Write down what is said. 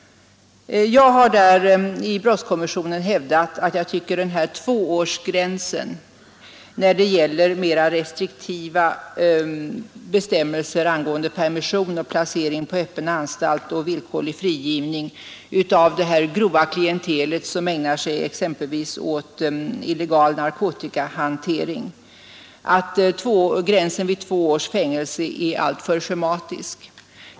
Jag har i brottskommissionen hävdat att gränsen två års fängelse när det gäller mera restriktiva bestämmelser angående permission, placering på öppen anstalt och villkorlig frigivning för det grova klientel som ägnar sig åt exempelvis illegal narkotikahantering är alltför schematisk.